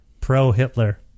pro-Hitler